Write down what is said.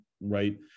right